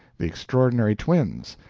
the extraordinary twins,